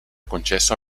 concesso